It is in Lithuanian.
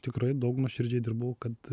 tikrai daug nuoširdžiai dirbau kad